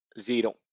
zero